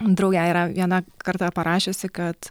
draugė yra viena kartą parašiusi kad